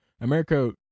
America